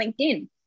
LinkedIn